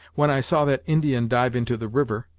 when i saw that indian dive into the river!